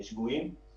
אנחנו נקיים את הדיון,